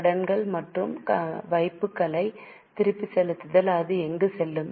கடன்கள் மற்றும் வைப்புகளை திருப்பிச் செலுத்துதல் அது எங்கு செல்லும்